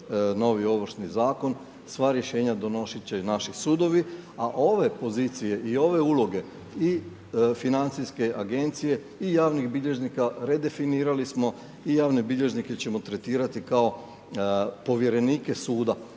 novi Ovršni zakon, sva rješenja donositi će naši sudovi, a ove pozicije i ove uloge i financijske agencije i javnih bilježnika redefinirali smo i javne bilježnike ćemo tretirati kao povjerenike suda.